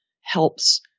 helps